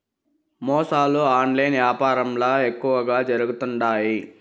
మోసాలు ఆన్లైన్ యాపారంల ఎక్కువగా జరుగుతుండాయి